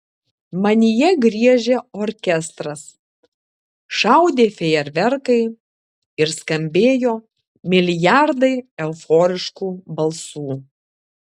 manyje griežė orkestras šaudė fejerverkai ir skambėjo milijardai euforiškų balsų